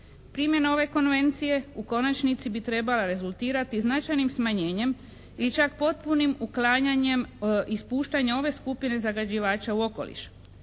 Primjena ove konvencije u konačnici bi trebala rezultirati značajnim smanjenjem i čak potpunim uklanjanjem ispuštanja ove skupine zagađivača u okoliš.